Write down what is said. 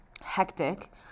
hectic